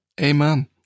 amen